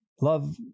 love